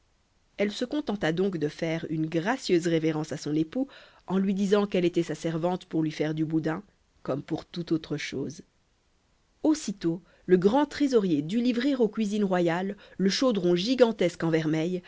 elle se contenta donc de faire une gracieuse révérence à son époux en lui disant qu'elle était sa servante pour lui faire du boudin comme pour toute autre chose aussitôt le grand trésorier dut livrer aux cuisines royales le chaudron gigantesque en vermeil